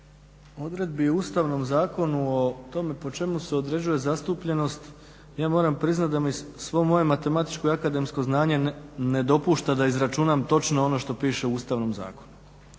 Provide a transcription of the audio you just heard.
odredbi u Ustavnom zakonu o tome po čemu se određuje zastupljenost ja moram priznati da mi svo moje matematičko i akademsko znanje ne dopušta da izračunam točno ono što piše u Ustavnom zakonu.